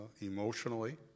emotionally